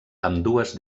ambdues